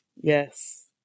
Yes